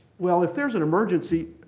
well, if there's an emergency,